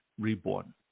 Reborn